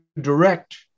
direct